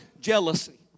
jealousy